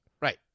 Right